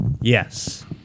yes